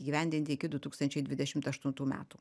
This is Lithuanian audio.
įgyvendinti iki du tūkstančiai dvidešimt aštuntų metų